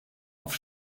auf